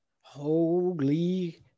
Holy